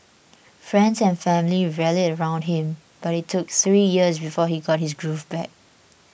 friends and family rallied around him but it took three years before he got his groove back